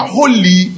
holy